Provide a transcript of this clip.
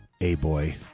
A-boy